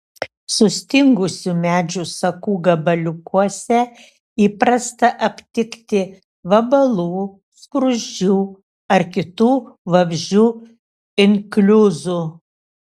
sustingusių medžių sakų gabaliukuose įprasta aptikti vabalų skruzdžių ar kitų vabzdžių inkliuzų